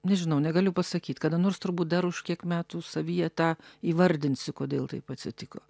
nežinau negaliu pasakyt kada nors turbūt dar už kiek metų savyje tą įvardinsiu kodėl taip atsitiko